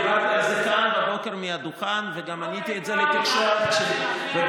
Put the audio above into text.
דיברתי על זה כאן בבוקר מעל הדוכן וגם עניתי על זה בתקשורת כשנשאלתי,